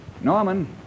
Norman